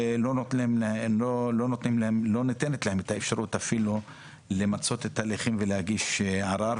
ולא ניתנת להם אפילו האפשרות למצות את ההליכים ולהגיש ערר,